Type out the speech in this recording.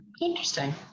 interesting